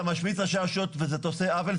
אתה משמיץ ראשי רשויות ואתה עושה עוול.